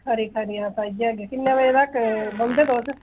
खरी खरी अस आई जाह्गे किन्ने बजे तक बौंह्दे तुस